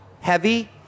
heavy